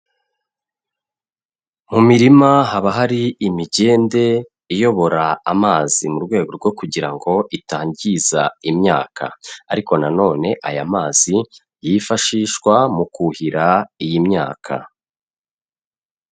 Mu mirima haba hari imigende iyobora amazi mu rwego rwo kugira ngo itangiza imyaka, ariko nanone aya mazi yifashishwa mu kuhira iyi myaka.